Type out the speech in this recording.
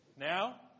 Now